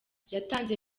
yatanze